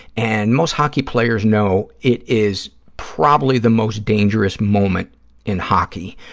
and most hockey players know it is probably the most dangerous moment in hockey,